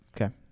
Okay